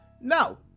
no